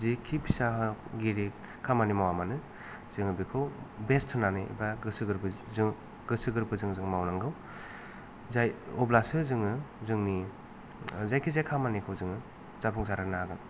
जेखि फिसा गिदिर खामानि मावा मानो जोङो बेखौ बेस्थ होनानै बा गोसो गोरबोजों जों मावनांगौ अब्लासो जोङो जोंनि जायखि जाया खामानिखौ जोङो जाफुंसारहोनो हागोन